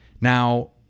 Now